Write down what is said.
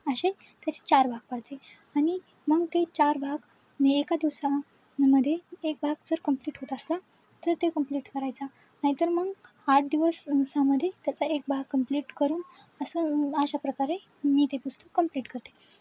असे त्याचे चार भाग पडते आणि मग ते चार भाग एका दिवसां मध्ये एक भाग जर कंप्लीट होत असला तर ते कंप्लीट करायचा नाहीतर मग आठ दिवस दिवसामध्ये त्याचा एक भाग कंप्लीट करून असं अशा प्रकारे मी ते पुस्तक कंप्लीट करते